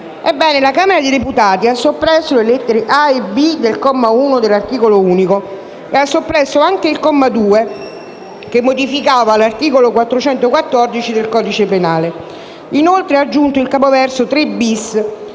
la Camera dei deputati ha soppresso le lettere *a)* e *b)* del comma 1 dell'articolo unico e ha soppresso anche il comma 2, che modificava l'articolo 414 del codice penale; inoltre, ha aggiunto il capoverso 3-*bis*,